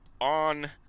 on